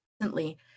recently